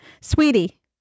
sweetie